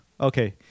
okay